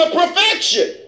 perfection